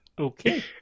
Okay